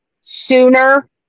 sooner